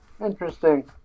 Interesting